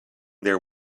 their